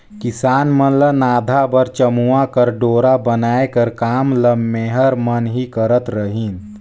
किसान मन ल नाधा बर चमउा कर डोरा बनाए कर काम ल मेहर मन ही करत रहिन